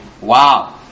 wow